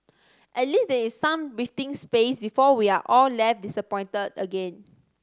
at least there is some breathing space before we are all left disappointed again